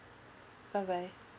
bye bye